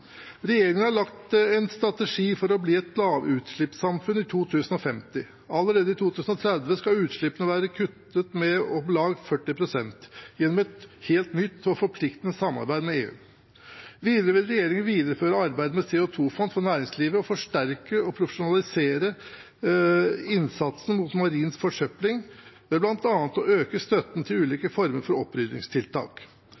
Regjeringen har laget en strategi for å bli et lavutslippssamfunn i 2050. Allerede i 2030 skal utslippene være kuttet med om lag 40 pst. gjennom et helt nytt og forpliktende samarbeid med EU. Videre vil regjeringen videreføre arbeidet med CO2-fond for næringslivet og forsterke og profesjonalisere innsatsen mot marin forsøpling ved bl.a. å øke støtten til